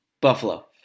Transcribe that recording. Buffalo